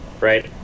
right